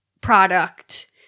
product